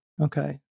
okay